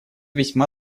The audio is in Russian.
весьма